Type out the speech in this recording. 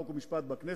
חוק ומשפט בכנסת,